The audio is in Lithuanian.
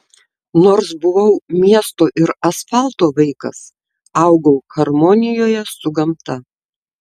nors buvau miesto ir asfalto vaikas augau harmonijoje su gamta